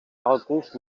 càlculs